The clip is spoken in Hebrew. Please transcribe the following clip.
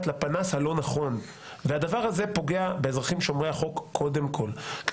לפנס הלא נכון והדבר הזה פוגע באזרחים שומרי החוק קודם כול כי